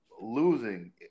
Losing